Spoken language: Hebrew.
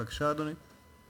בבקשה, אדוני.